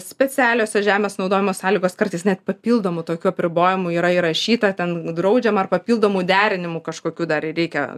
specialiosios žemės naudojimo sąlygos kartais net papildomų tokių apribojimų yra įrašyta ten draudžiama ar papildomų derinimų kažkokių dar reikia